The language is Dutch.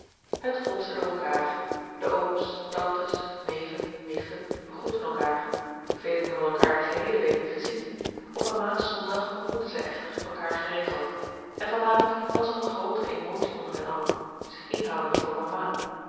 het gonsde door elkaâr de ooms tantes neven nichten begroetten elkaâr velen hadden elkaâr de geheele week niet gezien op mama's zondag ontmoetten zij echter elkaâr geregeld en van avond was er een grootere emotie onder hen allen zich inhoudende voor mama